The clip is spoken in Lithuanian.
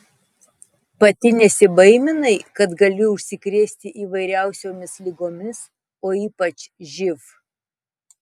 pati nesibaiminai kad gali užsikrėsti įvairiausiomis ligomis o ypač živ